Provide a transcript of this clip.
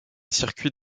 circuit